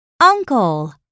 Uncle